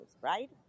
right